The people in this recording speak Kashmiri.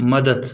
مدد